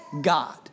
God